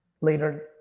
later